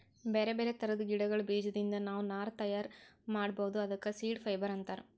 ಬ್ಯಾರೆ ಬ್ಯಾರೆ ಥರದ್ ಗಿಡಗಳ್ ಬೀಜದಿಂದ್ ನಾವ್ ನಾರ್ ತಯಾರ್ ಮಾಡ್ಬಹುದ್ ಅದಕ್ಕ ಸೀಡ್ ಫೈಬರ್ ಅಂತಾರ್